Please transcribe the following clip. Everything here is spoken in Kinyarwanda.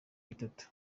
bitatu